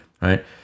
right